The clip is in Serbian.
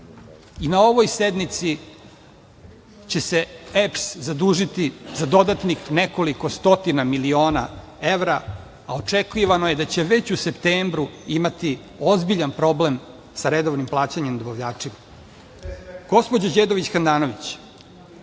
ovoj sednici će se EPS zadužiti za dodatnih nekoliko stotina miliona evra, a očekivano je da će već u septembru imati ozbiljan problem sa redovnim plaćanjem dobavljačima. Gospođo Đedović Handanović,